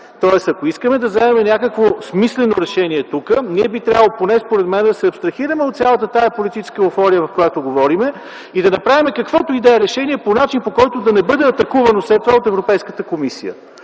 Тоест, ако искаме тук да вземем някакво смислено решение, ние би трябвало, поне според мен, да се абстрахираме от цялата тази политическа еуфория, в която говорим, да направим каквото и да е решение по начин, по който да не бъде атакувано след това от Европейската комисия.